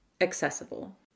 accessible